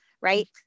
right